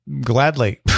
gladly